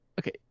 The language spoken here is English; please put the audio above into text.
Okay